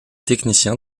techniciens